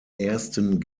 ersten